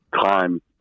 time